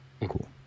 Cool